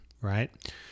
right